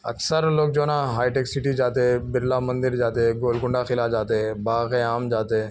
اکثر لوگ جو ہے نا ہائی ٹیک سٹی جاتے برلا مندر جاتے گولکنڈہ قلعہ جاتے باغ عام جاتے